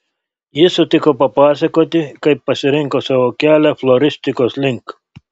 ji sutiko papasakoti kaip pasirinko savo kelią floristikos link